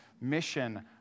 mission